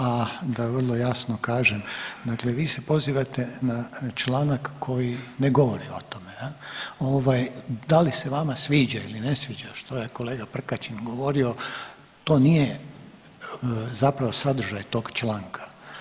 A da vrlo jasno kažem, dakle vi se pozivate na članak koji ne govori o tome, da li se vama sviđa ili ne sviđa što je kolega Prkačin govorio to nije zapravo sadržaj tog članka.